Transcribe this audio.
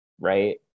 right